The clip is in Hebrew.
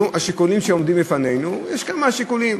נו, השיקולים שעומדים בפנינו, יש כמה שיקולים.